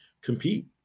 compete